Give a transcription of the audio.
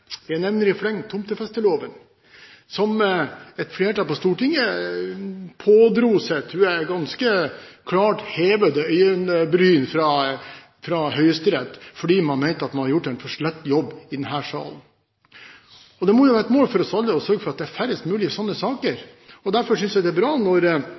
Jeg nevner f.eks. tomtefesteloven, hvor et flertall på Stortinget pådro seg, tror jeg, ganske klart hevede øyenbryn fra Høyesterett, fordi man mente man hadde gjort en for slett jobb i denne salen. Det må jo være et mål for oss alle å sørge for at det er færrest mulig sånne saker. Derfor synes jeg det er bra